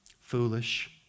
foolish